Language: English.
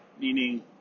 meaning